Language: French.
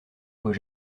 voit